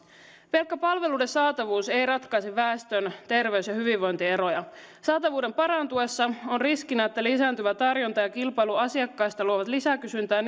pelkkä palveluiden saatavuus ei ratkaise väestön terveys ja hyvinvointieroja saatavuuden parantuessa on riskinä että lisääntyvä tarjonta ja kilpailu asiakkaista luovat lisäkysyntää